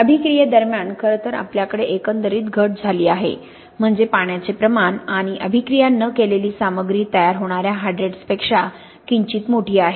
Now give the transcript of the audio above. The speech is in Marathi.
अभिक्रियेदरम्यान खरं तर आपल्याकडे एकंदरीत घट झाली आहे म्हणजे पाण्याचे प्रमाण आणि अभिक्रिया न केलेली सामग्री तयार होणाऱ्या हायड्रेट्सपेक्षा किंचित मोठी आहे